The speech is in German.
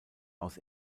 aus